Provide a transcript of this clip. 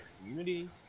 community